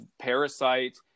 parasite